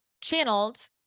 Channeled